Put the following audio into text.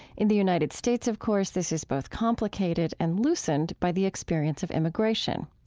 in the united states, of course, this is both complicated and loosened by the experience of immigration.